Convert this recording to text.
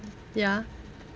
ya